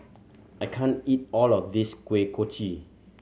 I can't eat all of this Kuih Kochi